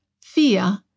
fear